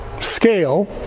Scale